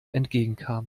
entgegenkam